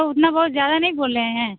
उतना बहुत ज़्यादा नहीं बोल रहे हैं